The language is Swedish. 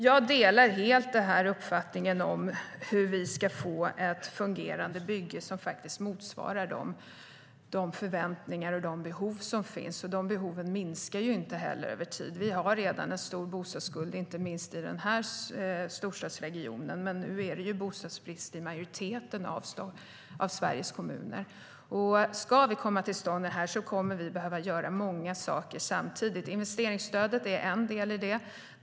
Jag delar helt uppfattningen om hur vi ska få ett fungerande byggande som motsvarar de förväntningar och behov som finns. De behoven minskar inte heller över tid. Vi har redan en stor bostadsskuld, inte minst i den här storstadsregionen. Men nu är det ju bostadsbrist i majoriteten av Sveriges kommuner. Ska det här komma till stånd kommer vi att behöva göra många saker samtidigt. Investeringsstödet är en del i det.